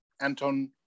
Anton